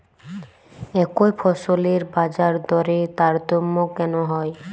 একই ফসলের বাজারদরে তারতম্য কেন হয়?